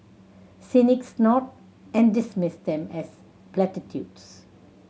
cynics snort and dismiss them as platitudes